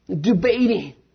debating